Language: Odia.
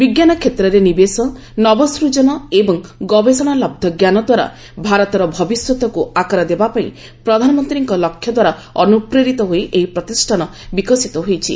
ବିଜ୍ଞାନ କ୍ଷେତ୍ରରେ ନିବେଶ ନବସ୍କଜନ ଏବଂ ଗବେଷଣାଲବ୍ଧ ଜ୍ଞାନ ଦ୍ୱାରା ଭାରତର ଭବିଷ୍ୟତକୁ ଆକାର ଦେବା ପାଇଁ ପ୍ରଧାନମନ୍ତ୍ରୀଙ୍କ ଲକ୍ଷ୍ୟ ଦ୍ୱାରା ଅନୁପ୍ରେରିତ ହୋଇ ଏହି ପ୍ରତିଷ୍ଠାନ ବିକଶିତ ହୋଇଛି